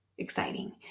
exciting